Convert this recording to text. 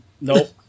nope